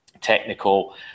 technical